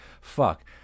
fuck